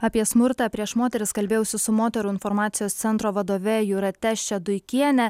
apie smurtą prieš moteris kalbėjausi su moterų informacijos centro vadove jūrate šeduikiene